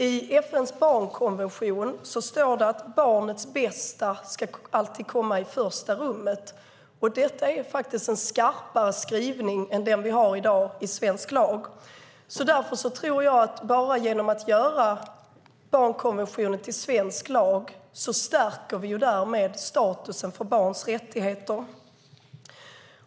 I FN:s barnkonvention står det: Barnets bästa ska alltid komma i första rummet. Det är faktiskt en skarpare skrivning än den vi har i dag i svensk lag. Bara genom att göra barnkonventionen till svensk lag tror jag att vi stärker status för barns rättigheter.